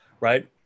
right